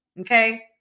Okay